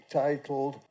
titled